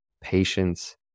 patience